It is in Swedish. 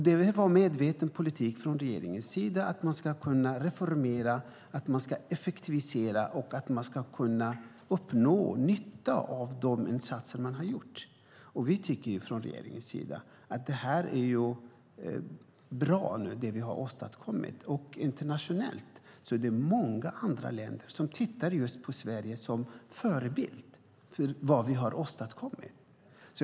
Det har varit en medveten politik från regeringen att reformera, effektivisera och uppnå nytta med de insatser som görs. Det som regeringen har åstadkommit är bra. Internationellt är det många länder som ser Sverige som förebild.